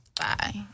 Bye